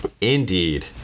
Indeed